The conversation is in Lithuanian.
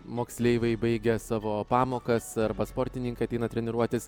moksleiviai baigia savo pamokas arba sportininkai ateina treniruotis